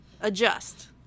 adjust